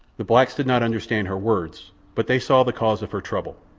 the blacks did not understand her words, but they saw the cause of her trouble,